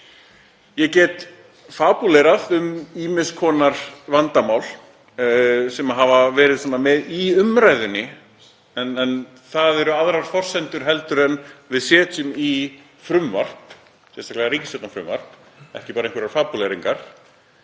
Ég get fabúlerað um ýmiss konar vandamál sem hafa verið í umræðunni en það eru aðrar forsendur en við setjum í frumvarp, sérstaklega ríkisstjórnarfrumvarp, ekki bara einhverjar fabúleringar.